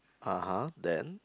(uh huh) then